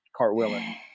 cartwheeling